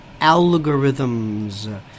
algorithms